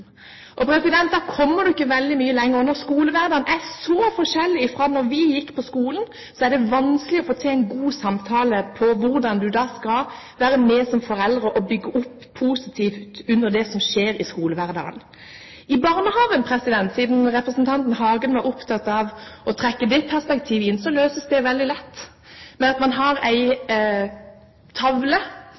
Da kommer du ikke veldig mye lenger. Når skolehverdagen er så forskjellig fra da vi gikk på skolen, er det vanskelig å få til en god samtale om hvordan man skal være med som foreldre og bygge positivt opp under det som skjer i skolehverdagen. I barnehagen, siden representanten Hagen var opptatt av å trekke det perspektivet inn, løses dette veldig lett ved at man har en tavle